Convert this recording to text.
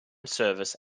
service